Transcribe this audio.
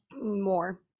more